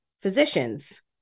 physicians